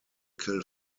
kill